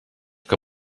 que